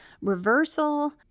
reversal